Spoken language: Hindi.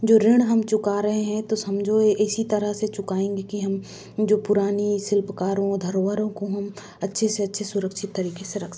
जो ऋण हम चुका रहें हैं तो समझो इसी तरह से चुकाएंगे की हम जो पुरानी शिल्पकारों धरोहरों को हम अच्छे से अच्छे सुरक्षित तरीके से रख सक